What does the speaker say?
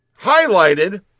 Highlighted